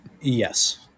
Yes